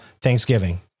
Thanksgiving